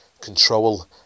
control